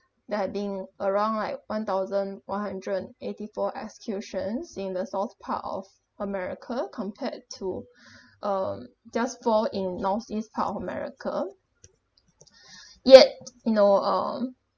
there had being around like one thousand one hundred eighty four executions in the south part of america compared to um just fall in north east part of america yet you know um